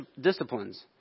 disciplines